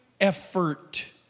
effort